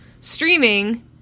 streaming